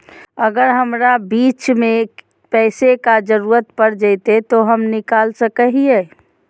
अगर हमरा बीच में पैसे का जरूरत पड़ जयते तो हम निकल सको हीये